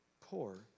poor